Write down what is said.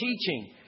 teaching